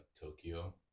Tokyo